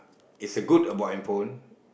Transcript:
is a good about handphone